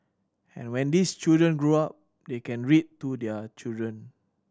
and when these children grow up they can read to their children